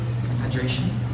Hydration